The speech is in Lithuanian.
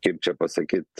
kaip čia pasakyt